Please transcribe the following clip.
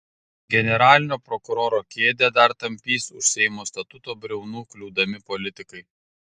generalinio prokuroro kėdę dar tampys už seimo statuto briaunų kliūdami politikai